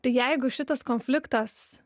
tai jeigu šitas konfliktas